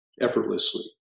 effortlessly